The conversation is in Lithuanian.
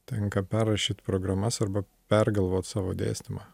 tenka perrašyt programas arba pergalvot savo dėstymą